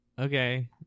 Okay